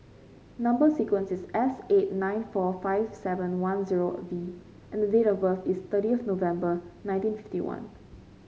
number sequence is S eight nine four five seven one zero V and the date of birth is thirtieth November nineteen fifty one